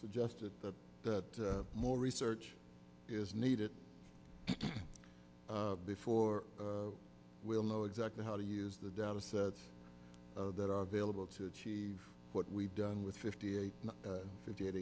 suggested that more research is needed before we'll know exactly how to use the data sets of that are available to achieve what we've done with fifty eight fifty